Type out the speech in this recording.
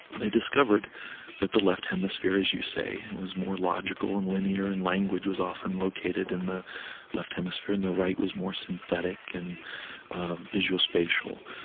they discovered that the left hemisphere, as you say, was more logical and linear and language was often located in the left hemisphere, and the right was more synthetic and ah visual spatial.